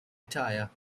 attire